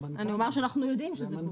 אני אומר שאנחנו יודעים שזה קורה.